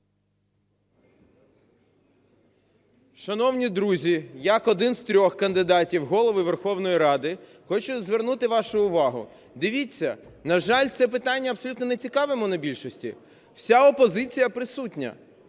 Шановні друзі, як один з трьох кандидатів на Голову Верховної Ради хочу звернути вашу увагу. Дивіться, на жаль, це питання абсолютно нецікаве монобільшості. Вся опозиція присутня,